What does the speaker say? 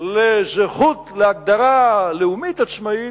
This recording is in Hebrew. לזכות להגדרה לאומית עצמאית,